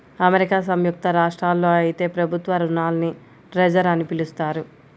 America సంయుక్త రాష్ట్రాల్లో అయితే ప్రభుత్వ రుణాల్ని ట్రెజర్ అని పిలుస్తారు